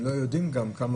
הם לא יודעים גם כמה,